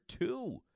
two